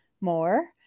more